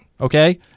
Okay